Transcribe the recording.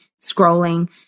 scrolling